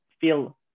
feel